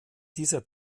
dieser